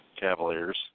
Cavaliers